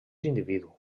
individu